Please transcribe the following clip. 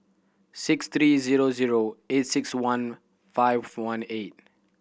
six three zero zero eight six one five four one eight